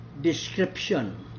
description